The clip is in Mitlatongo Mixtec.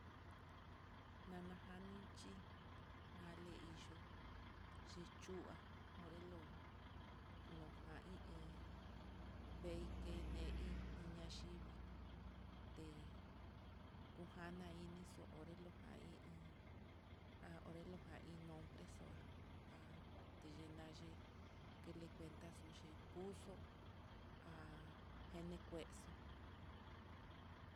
Nanajanixhi nali iyoo, xhichu'a onrelo lojan i iin, veike neí niña chivii, te ngujana inixo onrelojan i iin a onrelojan iin nombre xo'a há teyinaye kelikuentax xhoxe kuxo há kuexo.